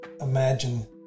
Imagine